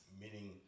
meaning